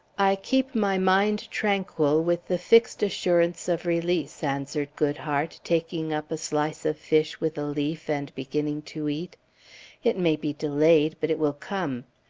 i keep my mind tranquil with the fixed assurance of release, answered goodhart, taking up a slice of fish with a leaf and beginning to eat it may be delayed but it will come.